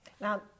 Now